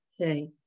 Okay